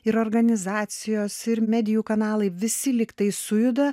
ir organizacijos ir medijų kanalai visi lyg tai sujuda